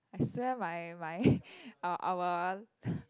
I swear my my our our